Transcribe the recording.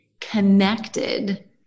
connected